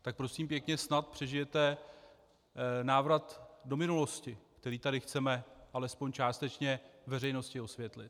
Tak prosím pěkně snad přežijete návrat do minulosti, který tady chceme alespoň částečně veřejnosti osvětlit.